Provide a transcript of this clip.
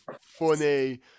funny